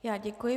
Já děkuji.